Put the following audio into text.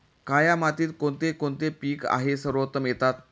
काया मातीत कोणते कोणते पीक आहे सर्वोत्तम येतात?